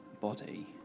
body